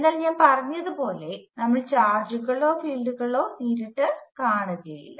എന്നാൽ ഞാൻ പറഞ്ഞതുപോലെ നമ്മൾ ചാർജുകളോ ഫീൽഡുകളോ നേരിട്ട് കണക്കാക്കില്ല